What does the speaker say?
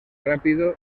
rápido